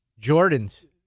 Jordans